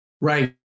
Right